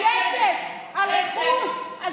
מישהו דיבר על לחזור לאיראן?